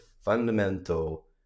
fundamental